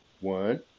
One